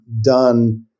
done